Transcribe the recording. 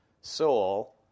soul